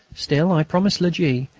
still i promised la g.